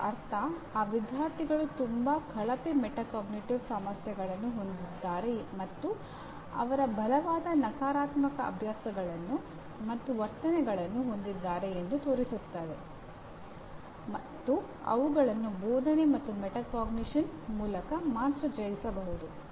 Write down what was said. ಇದರ ಅರ್ಥ ಆ ವಿದ್ಯಾರ್ಥಿಗಳು ತುಂಬಾ ಕಳಪೆ ಮೆಟಾಕಾಗ್ನಿಟಿವ್ ಮೂಲಕ ಮಾತ್ರ ಜಯಿಸಬಹುದು